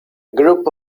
group